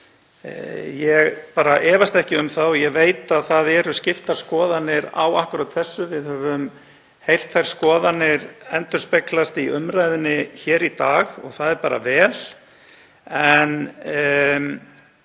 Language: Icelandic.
Ég efast ekki um það og ég veit að það eru skiptar skoðanir á akkúrat þessu. Við höfum heyrt þær skoðanir endurspeglast í umræðunni hér í dag og það er bara vel,